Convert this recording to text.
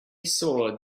soared